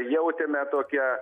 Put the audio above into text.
jautėme tokią